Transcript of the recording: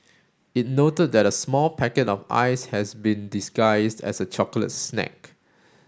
it noted that a small packet of Ice has been disguised as a chocolate snack